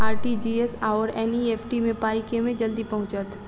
RTGS आओर NEFT मे पाई केँ मे जल्दी पहुँचत?